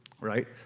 right